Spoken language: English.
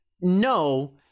no